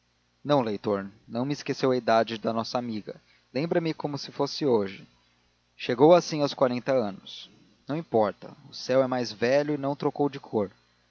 não leitor não me esqueceu a idade da nossa amiga lembra-me como se fosse hoje chegou assim aos quarenta anos não importa o céu é mais velho e não trocou de cor